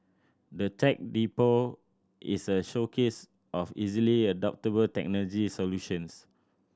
the Tech Depot is a showcase of easily adoptable technology solutions